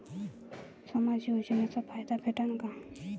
समाज योजनेचा फायदा भेटन का?